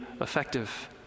effective